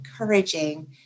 encouraging